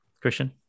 Christian